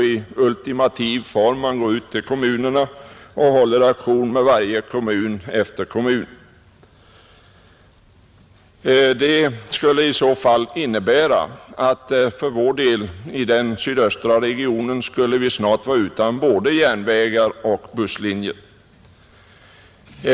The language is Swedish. I ultimativ form håller man auktion med kommun efter kommun, Det skulle för vår del innebära att vi i den sydöstra regionen snart skulle vara utan både järnvägar och busslinjer.